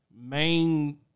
Main